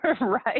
right